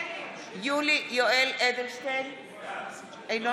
אינו